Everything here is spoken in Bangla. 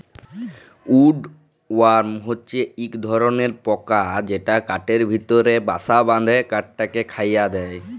উড ওয়ার্ম হছে ইক ধরলর পকা যেট কাঠের ভিতরে বাসা বাঁধে কাঠকে খয়ায় দেই